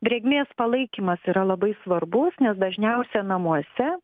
drėgmės palaikymas yra labai svarbus nes dažniausia namuose